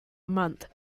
month